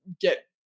get